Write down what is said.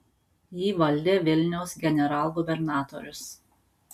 jį valdė vilniaus generalgubernatorius